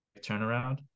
turnaround